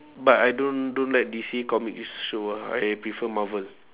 but I don't don't like D_C comics show ah I prefer marvel